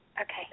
Okay